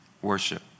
Worship